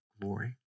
glory